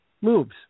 moves